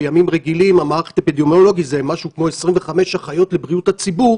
בימים רגילים המערך האפידמיולוגי הוא משהו כמו 25 אחיות בריאות הציבור